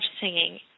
singing